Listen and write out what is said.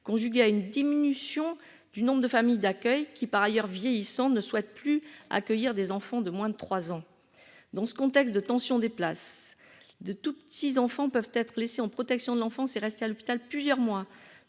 conjugué à une diminution du nombre de familles d'accueil qui par ailleurs vieillissant ne souhaite plus accueillir des enfants de moins de 3 ans, dans ce contexte de tensions, des places de tout petits enfants peuvent être laissés en protection de l'enfance est restée à l'hôpital plusieurs mois